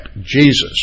Jesus